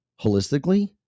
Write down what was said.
holistically